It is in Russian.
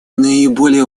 наиболее